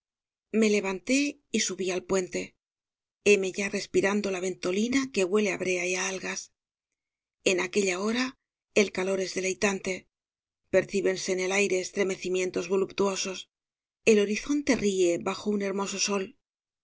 me levanté y subí al puente heme ya respirando la ventolina que huele á brea y algas en aquella hora el calor es deleitante percíbense en el aire estremecimientos voluptuosos el horizonte ríe bajo un hermoso sol